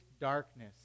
darkness